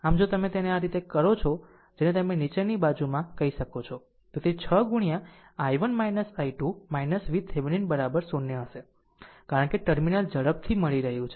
આમ જો તમે તેને આ રીતે કરો છો જેને તમે નીચેની બાજુમાં કહી શકો છો તો તે તે 6 ગુણ્યા i1 i2 VThevenin 0 હશે કારણ કે ટર્મિનલ ઝડપથી મળી રહ્યું છે